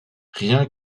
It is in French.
rien